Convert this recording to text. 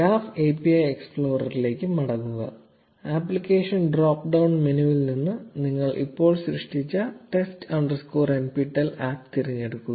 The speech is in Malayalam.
ഗ്രാഫ് API എക്സ്പ്ലോററിലേക്ക് മടങ്ങുക ആപ്ലിക്കേഷൻ ഡ്രോപ്പ് ഡൌൺ മെനുവിൽ നിന്ന് നിങ്ങൾ ഇപ്പോൾ സൃഷ്ടിച്ച ടെസ്റ്റ് അണ്ടർസ്കോർ nptel ആപ്പ് തിരഞ്ഞെടുക്കുക